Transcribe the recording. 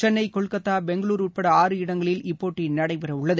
சென்னை கொல்கத்தா பெங்களூரு உட்பட ஆறு இடங்களில் இப்போட்டி நடைபெறவுள்ளது